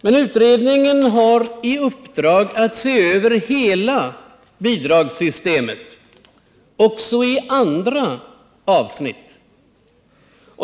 Men utredningen har i uppdrag att se över hela bidragssystemet — också i andra avsnitt.